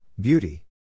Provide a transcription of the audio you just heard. Beauty